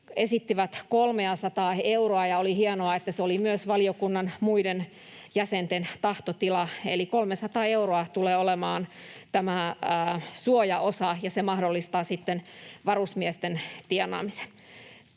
esittivät 300:aa euroa, ja oli hienoa, että se oli myös valiokunnan muiden jäsenten tahtotila. Eli 300 euroa tulee olemaan tämä suojaosa, ja se mahdollistaa sitten varusmiesten tienaamisen.